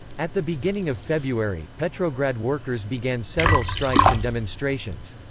at the beginning of february, petrograd workers began several strikes and demonstrations.